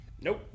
Nope